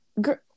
Girl